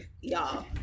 Y'all